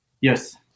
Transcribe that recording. Yes